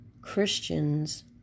Christians